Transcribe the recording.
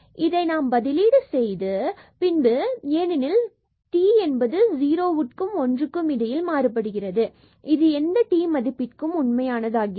இதை நாம் பதிலீடு செய்து பின்பு ஏனெனில் t 0 1 மாறுபடுகிறது இது எந்த t மதிப்பிற்கும் உண்மையானது ஆகிறது